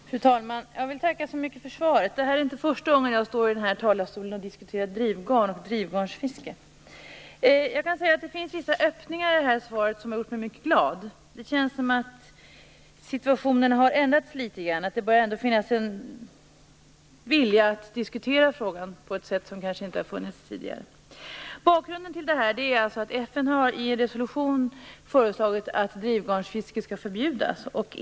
Fru talman! Jag vill tacka så mycket för svaret. Det är inte första gången jag står i den här talarstolen och diskuterar drivgarn och drivgarnsfiske. Det finns vissa öppningar i svaret, vilket har gjort mig mycket glad. Det känns som om situationen har förändrats litet grand, som om det ändå börjar finnas en vilja att diskutera frågan på ett sätt som kanske inte har gjorts tidigare. Bakgrunden är att FN i en resolution har föreslagit att drivgarnsfiske skall förbjudas.